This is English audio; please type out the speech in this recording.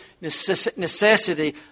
necessity